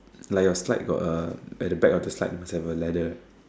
like your slide got a the back of the slide must have a ladder right